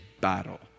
battle